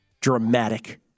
Dramatic